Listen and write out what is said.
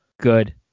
good